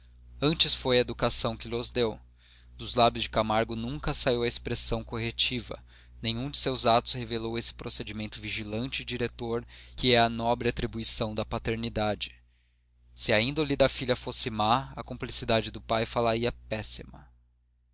antes foi a educação que lhos deu dos lábios de camargo nunca saiu a expressão corretiva nenhum de seus atos revelou esse procedimento vigilante e diretor que é a nobre atribuição da paternidade se a índole da filha fosse má a cumplicidade do pai fá la ia péssima